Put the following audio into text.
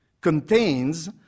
contains